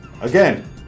Again